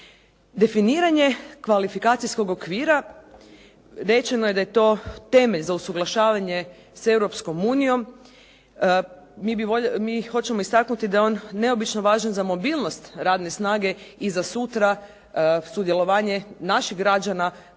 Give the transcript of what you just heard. Definiranje kvalifikacijskog okvira, rečeno je da je to temelj za usuglašavanje s Europskom unijom. Mi hoćemo istaknuti da je on neobično važan za mobilnost radne snage i za sutra sudjelovanje naših građana